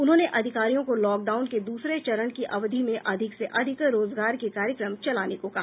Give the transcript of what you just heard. उन्होंने अधिकारियों को लॉक डाउन के दूसरे चरण की अवधि में अधिक से अधिक रोजगार के कार्यक्रम चलाने को कहा